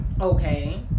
Okay